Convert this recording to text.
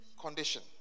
condition